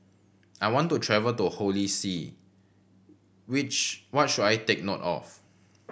I want to travel to Holy See which what should I take note of